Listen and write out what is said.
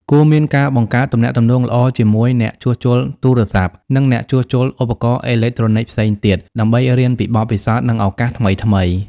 គួរមានការបង្កើតទំនាក់ទំនងល្អជាមួយអ្នកជួសជុលទូរស័ព្ទ និងអ្នកជួសជុលឧបករណ៍អេឡិចត្រូនិចផ្សេងទៀត ដើម្បីរៀនពីបទពិសោធន៍ និងឱកាសថ្មីៗ។